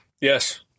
Yes